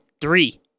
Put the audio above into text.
three